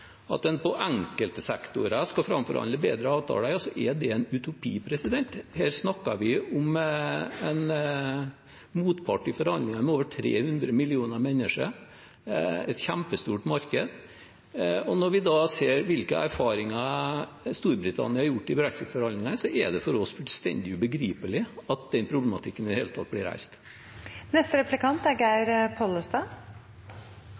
at en på enkelte sektorer skal framforhandle bedre avtaler, er det en utopi. Her snakker vi om en motpart i forhandlingene med over 300 millioner mennesker, et kjempestort marked. Når vi ser hvilke erfaringer Storbritannia har gjort seg i brexit-forhandlingene, er det for oss fullstendig ubegripelig at den problematikken i det hele tatt blir reist. I innlegget sitt nemnde representanten Reiten jordvern, og det er